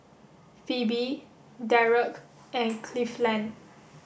Phoebe Dereck and Cleveland